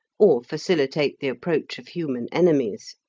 or facilitate the approach of human enemies.